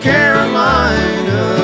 Carolina